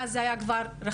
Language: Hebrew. ואז זה היה כבר רחוק,